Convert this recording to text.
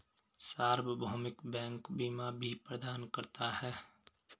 सार्वभौमिक बैंक बीमा भी प्रदान करता है